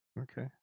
Okay